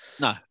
No